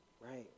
right